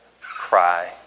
cry